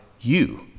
you